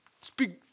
speak